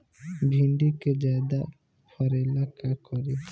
भिंडी के ज्यादा फरेला का करी?